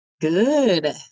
Good